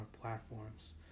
platforms